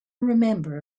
remember